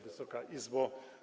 Wysoka Izbo!